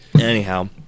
Anyhow